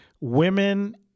women